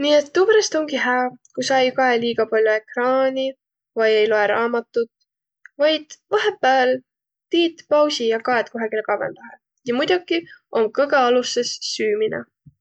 Nii et tuuperäst omgi hää, ku sa ei kaeq liiga pall'o ekraani vai ei loeq raamatut, vaid vahepääl tiit pausi ja kaet kohegile kavvõndahe. Ja muidoki om kõgõ alussõs süümine.